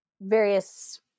various